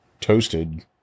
toasted